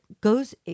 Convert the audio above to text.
goes